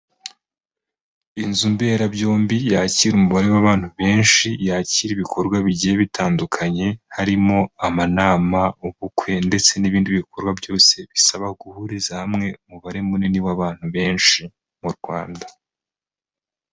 Inzu mberabyombi yakira umubare w'abantu benshi, yakira ibikorwa bigiye bitandukanye, harimo amanama ubukwe ndetse n'ibindi bikorwa byose bisaba guhuriza hamwe umubare munini w'abantu benshi mu Rwanda.